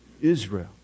Israel